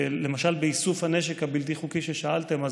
למשל באיסוף הנשק הבלתי-חוקי, ששאלתם, אז